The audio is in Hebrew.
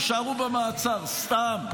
יישארו במעצר סתם.